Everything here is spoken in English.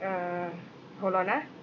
uh hold on ah